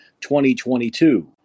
2022